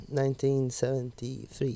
1973